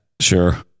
Sure